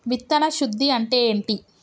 విత్తన శుద్ధి అంటే ఏంటి?